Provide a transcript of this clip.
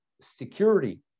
security